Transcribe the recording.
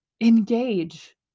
engage